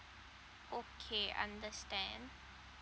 okay understand